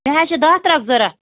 مےٚ حظ چھِ دَہ ترٛکھ ضروٗرت